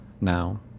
Now